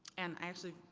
and i actually,